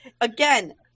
Again